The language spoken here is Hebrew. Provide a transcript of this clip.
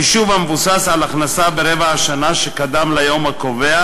חישוב המבוסס על ההכנסה ברבע השנה שקדם ליום הקובע,